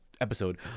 episode